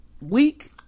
week